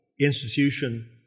institution